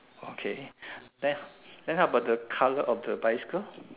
okay then then how about the color of the bicycle